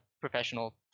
professional